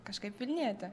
kažkaip vilnietė